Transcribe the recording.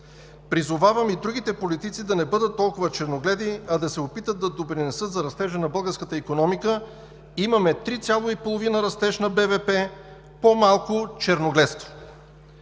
Призовавам и другите политици да не бъдат толкова черногледи, а да се опитат да допринесат за растежа на българската икономика. Имаме 3,5% растеж на БВП. По-малко черногледство!“